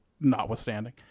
notwithstanding